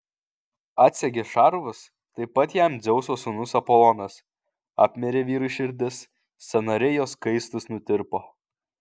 atsegė šarvus taip pat jam dzeuso sūnus apolonas apmirė vyrui širdis sąnariai jo skaistūs nutirpo